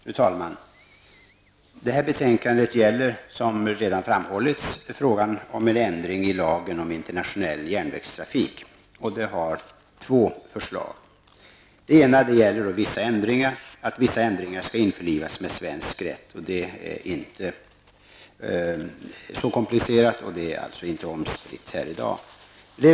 Fru talman! Detta betänkande behandlar, som redan framhållits, en proposition om en ändring i lagen om internationell järnvägstrafik. I propositionen finns två förslag. Det ena gäller att vissa ändringar skall införlivas i svensk rätt. Det är inte så komplicerat, och det är alltså inte omstritt här i dag.